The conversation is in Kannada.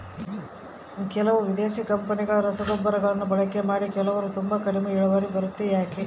ಕೆಲವು ವಿದೇಶಿ ಕಂಪನಿಗಳ ರಸಗೊಬ್ಬರಗಳನ್ನು ಬಳಕೆ ಮಾಡಿ ಕೆಲವರು ತುಂಬಾ ಕಡಿಮೆ ಇಳುವರಿ ಬರುತ್ತೆ ಯಾಕೆ?